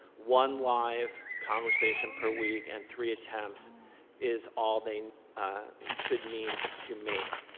one live conversation per week and three attempts is all they should need to make.